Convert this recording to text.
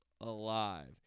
alive